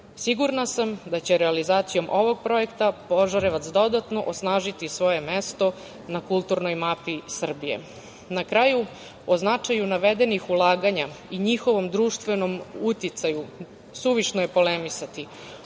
Barili. Sigurna sam da će realizacijom ovog projekta Požarevac dodatno osnažiti svoje mesto na kulturnoj mapi Srbije. Na kraju, o značaju navedenih ulaganja i njihovom društvenom uticaju suvišno je polemisati.